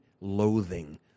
loathing